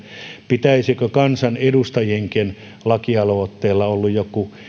pitäisikö kansanedustajienkin lakialoitteilla olla joku